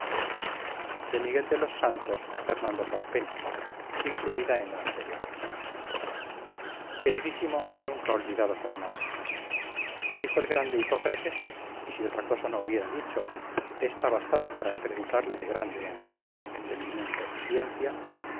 de miguel de los santos a fernando calpena incluida en la anterior queridísimo y nunca olvidado fernando dijo el grande hipócrates y si otra cosa no hubiera dicho esta bastaba para acreditarle de grande en genio entendimiento y ciencia